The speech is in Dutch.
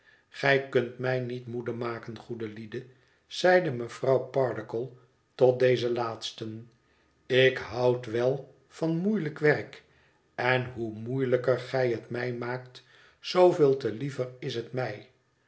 gij kunt mij niet moede maken goede lieden zeide mevrouw pardiggle tot deze laatsten ik houd wel van moeielijk werk en hoe moeielijker gij het mij maakt zooveel te liever is het mij